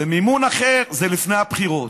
ומימון אחר זה לפני הבחירות.